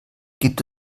gibt